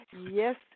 Yes